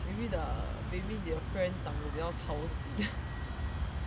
err maybe the maybe your friend 长得比较讨喜 maybe is 那个 aunty 的 type